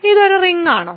ഇത് ഒരു റിങ്ങാണോ